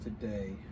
today